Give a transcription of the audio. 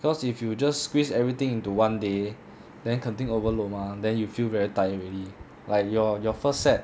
cause if you just squeeze everything into one day then 肯定 overload mah then you feel very tired already like your your first set